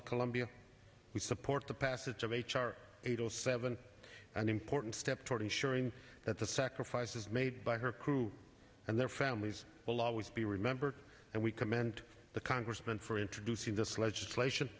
the columbia we support the passage of h r eight o seven an important step toward ensuring that the sacrifices made by her crew and their families will always be remembered and we commend the congressman for introducing this legislation